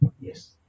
yes